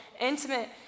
intimate